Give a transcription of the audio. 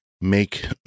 make